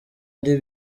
ari